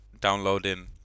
downloading